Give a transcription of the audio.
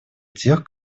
тех